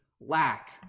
lack